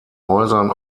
häusern